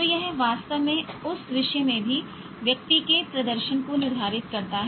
तो यह वास्तव में उस विषय में भी व्यक्ति के प्रदर्शन को निर्धारित करता है